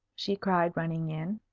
she cried, running in.